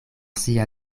sia